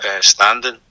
standing